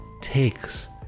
takes